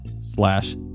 slash